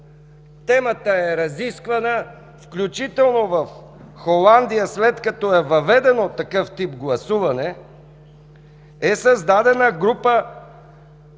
Темата е разисквана, включително в Холандия, след като е въведен такъв тип гласуване, е създадена група